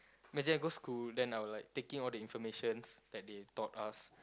basically I go school then I will like take in all the informations that they taught us